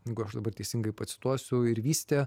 jeigu aš dabar teisingai pacituosiu ir vystė